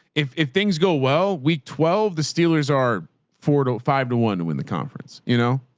if if things go well, we twelve, the steelers are four to five to one. when the conference, you know,